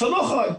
תפנו אחרי,